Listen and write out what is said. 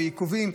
ועיכובים.